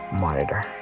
monitor